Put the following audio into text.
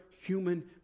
human